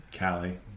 Callie